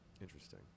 Interesting